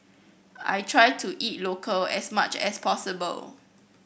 I try to eat local as much as possible